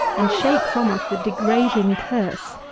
and shake from us the degrading curse,